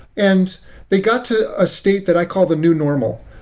and they got to a state that i call the new normal,